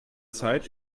zeit